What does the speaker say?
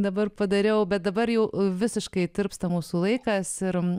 dabar padariau bet dabar jau visiškai tirpsta mūsų laikas ir